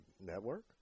network